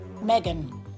Megan